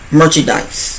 merchandise